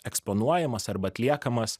eksponuojamas arba atliekamas